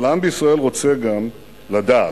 אבל העם בישראל רוצה גם לדעת,